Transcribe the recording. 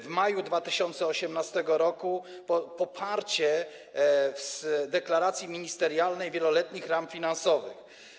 W maju 2018 r. poparcie deklaracji ministerialnej wieloletnich ram finansowych.